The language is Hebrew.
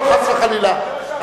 חס וחלילה.